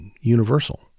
universal